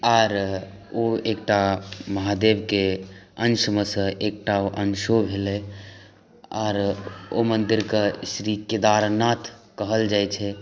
आर ओ एकटा महादेवके अंशमेसँ एकटा अंशो भेलै आर ओ मन्दिरक श्री केदारनाथ कहल जाइ छै